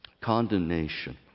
condemnation